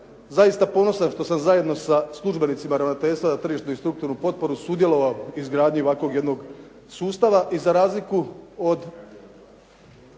zaista ponosan što sam zajedno sa službenicima Ravnateljstva za tržišnu i strukturnu potporu sudjelovao u izgradnji ovakvog jednog sustava i za razliku od